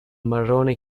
marrone